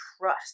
trust